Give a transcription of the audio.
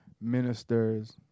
ministers